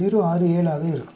067 ஆக இருக்கும்